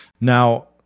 Now